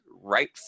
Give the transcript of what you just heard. right